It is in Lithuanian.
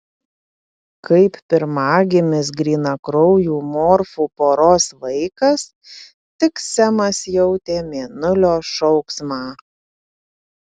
kaip pirmagimis grynakraujų morfų poros vaikas tik semas jautė mėnulio šauksmą